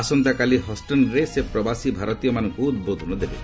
ଆସନ୍ତାକାଲି ସେ ହଷ୍ଟନ୍ରେ ପ୍ରବାସୀ ଭାରତୀୟମାନଙ୍କୁ ଉଦ୍ବୋଧନ ଦେବେ